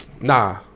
Nah